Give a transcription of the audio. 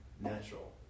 natural